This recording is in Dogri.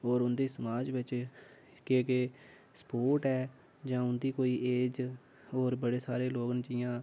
और उंदी समाज बिच केह् केह् स्पोर्ट ऐ जां उं'दी कोई एज होर बड़े सारे लोग न जि'यां